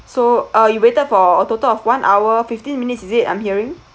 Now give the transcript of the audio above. so uh you waited for a total of one hour fifteen minutes is it I'm hearing